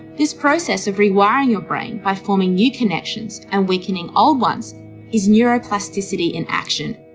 this process of rewiring your brain by forming new connections and weakening old ones is neuroplasticity in action.